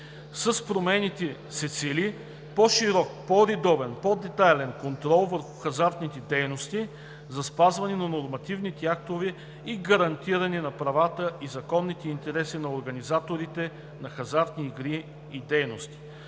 С промените се цели по-широк, по-редовен и по-детайлен контрол върху хазартните дейности за спазването на нормативните актове и гарантиране на правата и законните интереси на организаторите на хазартни игри и дейности.